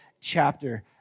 chapter